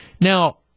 Now